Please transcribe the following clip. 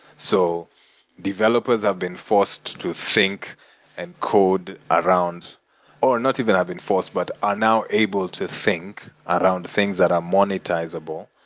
so developers have been forced to think and code around not even have been forced, but are now able to think around things that are monetizable,